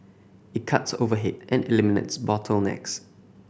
it cuts overhead and eliminates bottlenecks